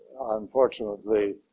unfortunately